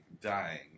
dying